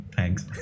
Thanks